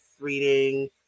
reading